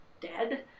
dead